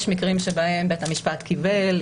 יש מקרים שבהם בית המשפט קיבל,